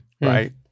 right